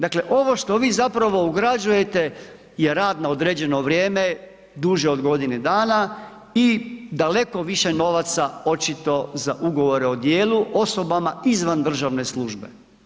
Dakle ovo što vi zapravo ugrađujete je rad na određeno vrijeme duže od godine dana i daleko više novaca očito za ugovore o djelu osobama izvan državne službe.